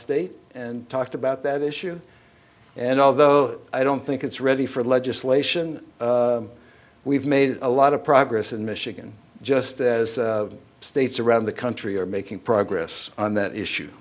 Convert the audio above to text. state and talked about that issue and although i don't think it's ready for legislation we've made a lot of progress in michigan just as states around the country are making progress on that issue